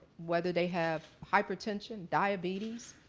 whether they have hypertension, diabetes,